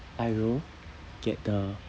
I will get the